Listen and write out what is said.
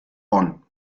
bonn